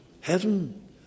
heaven